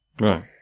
right